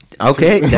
Okay